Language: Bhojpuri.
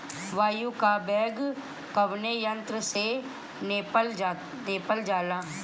वायु क वेग कवने यंत्र से नापल जाला?